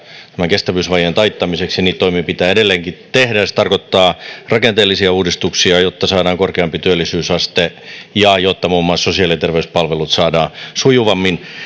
tämän kestävyysvajeen taittamiseksi ja niitä toimia pitää edelleenkin tehdä ja se tarkoittaa rakenteellisia uudistuksia jotta saadaan korkeampi työllisyysaste ja jotta muun muassa sosiaali ja terveyspalvelut saadaan